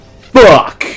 fuck